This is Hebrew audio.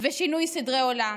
ושינוי סדרי עולם.